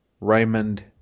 Raymond